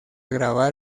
grabar